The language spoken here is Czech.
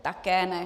Také ne.